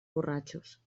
borratxos